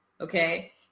okay